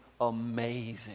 amazing